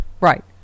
right